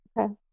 Okay